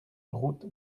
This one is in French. route